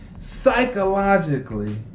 psychologically